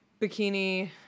bikini